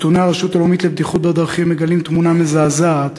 נתוני הרשות הלאומית לבטיחות בדרכים מגלים תמונה מזעזעת,